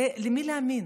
למי להאמין?